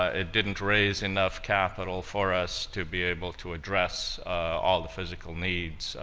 ah it didn't raise enough capital for us to be able to address all the physical needs.